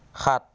সাত